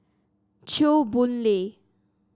Chew Boon Lay